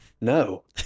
No